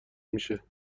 میشه